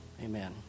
Amen